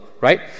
Right